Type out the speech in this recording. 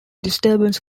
disturbance